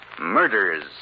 Murders